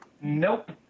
Nope